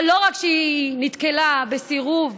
אבל לא רק שהיא נתקלה בסירוב,